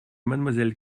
mademoiselle